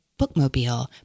bookmobile